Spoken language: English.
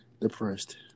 Depressed